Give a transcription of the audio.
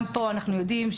גם פה אנחנו יודעים,